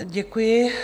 Děkuji.